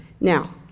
Now